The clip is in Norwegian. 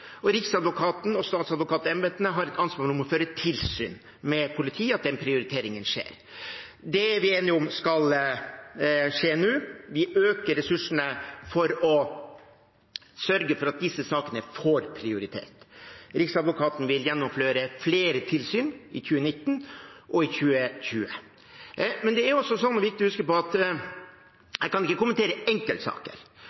og Riksadvokaten og statsadvokatembetene har ansvar for å føre tilsyn med politiet – at den prioriteringen skjer. Det er vi enige om skal skje nå. Vi øker ressursene for å sørge for at disse sakene får prioritet. Riksadvokaten vil gjennomføre flere tilsyn i 2019 og i 2020. Det er viktig å huske på at